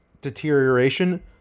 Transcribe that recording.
deterioration